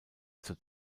zur